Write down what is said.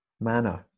manner